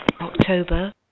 October